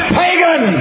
pagan